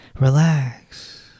Relax